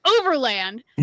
overland